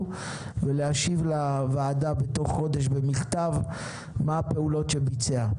ולהשיב לוועדה בתוך חודש במכתב מה הפעולות שביצע.